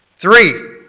three,